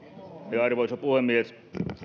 arvoisa puhemies